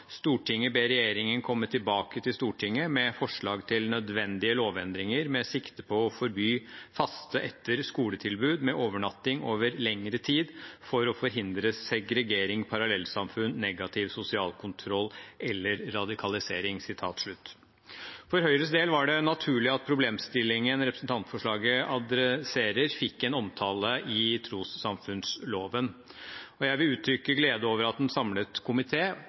ber regjeringen komme tilbake til Stortinget med forslag til nødvendige lovendringer med sikte på å forby faste etter-skole-tilbud med overnatting over lengre tid for å forhindre segregering, parallellsamfunn, negativ sosial kontroll eller radikalisering.» For Høyres del var det naturlig at problemstillingen representantforslaget adresserer, fikk en omtale i forbindelse med trossamfunnsloven. Jeg vil uttrykke glede over at en samlet